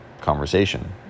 conversation